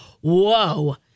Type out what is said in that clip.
whoa